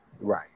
Right